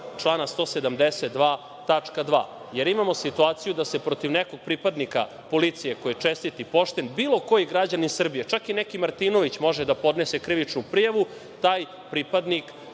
člana 172 tačka 2, jer imamo situaciju da se protiv nekog pripadnika policije koji je čestit i pošten bilo koji građanin Srbije, čak i neki Martinović, može da podnese krivičnu prijavu taj pripadnik